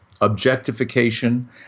objectification